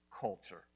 culture